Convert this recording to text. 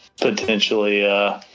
potentially